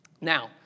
Now